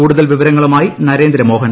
കൂടുതൽ വിവരങ്ങളുമായി നിർന്ദ്രമോഹൻ